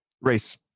Race